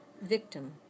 victim